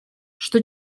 что